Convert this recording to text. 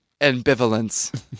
ambivalence